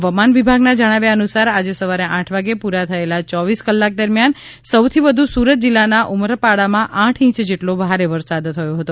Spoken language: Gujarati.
હવામાન વિભાગના જણાવ્યા અનુસાર આજે સવારે આઠ વાગે પુરા થયેલા યોવીસ કલાક દરમિયાન સૌથી વધુ સુરત જીલ્લાના ઉમરપાડામાં આઠ ઇંચ જેટલો ભારે વસરાદ થયગો હતો